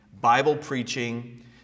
Bible-preaching